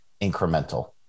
incremental